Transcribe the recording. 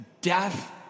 death